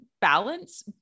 balance